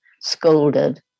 scolded